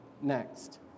next